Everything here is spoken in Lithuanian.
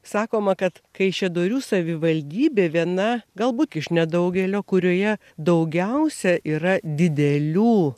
sakoma kad kaišiadorių savivaldybė viena galbūt iš nedaugelio kurioje daugiausia yra didelių